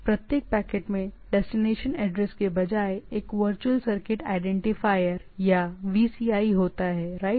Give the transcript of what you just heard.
प्रत्येक पैकेट में destination address के बजाय एक वर्चुअल सर्किट आईडेंटिफायर या VCI होता है राइट